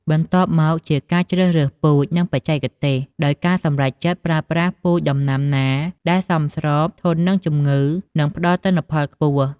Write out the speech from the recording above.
បន្ទាប់មកជាការជ្រើសរើសពូជ និងបច្ចេកទេស ដោយការសម្រេចចិត្តប្រើប្រាស់ពូជដំណាំណាដែលសមស្រប ធន់នឹងជំងឺ និងផ្តល់ទិន្នផលខ្ពស់។